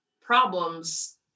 problems